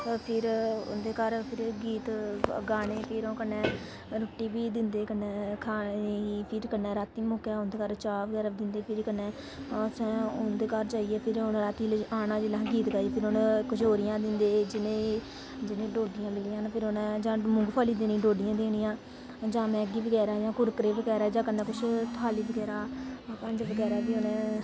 फिर उंदे घर गीत गाने फिर ओह् कन्नै रुट्टी बी दिंदे खाने गी फिर कन्नै राती मौके चाह् बगैरा दिंदे फिर कन्नै उंदे घर जेइयै फिर उंहे आना जिसले असें गीत गाइयै फिर उंहे कचोरियां दिदे जिनें गी डोडियां मिली जान उंहेगी जां मुगफली देनी जां डोडियां देनियां जां मैगी बगैरा जा कुरकरे बगैरा जां कन्नै किश थाली बगैरा भांडे बगैरा बी